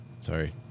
Sorry